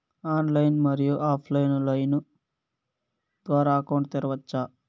Online, మరియు offline line ద్వారా account తెరవచ్చా?